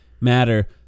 matter